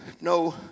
No